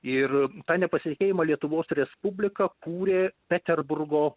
ir tą nepasitikėjimą lietuvos respublika kūrė peterburgo